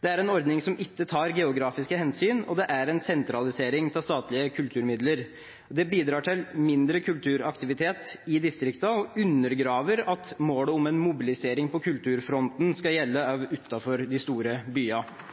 Det er en ordning som ikke tar geografiske hensyn, og det er en sentralisering av statlige kulturmidler. Det bidrar til mindre kulturaktivitet i distriktene og undergraver at målet om en mobilisering på kulturfronten skal gjelde også utenfor de store byene.